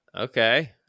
Okay